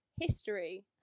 history